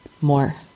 More